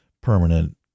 permanent